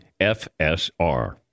FSR